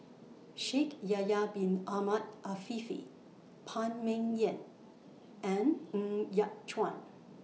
Shaikh Yahya Bin Ahmed Afifi Phan Ming Yen and Ng Yat Chuan